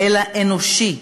אלא בעניין אנושי.